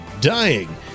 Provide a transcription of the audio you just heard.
dying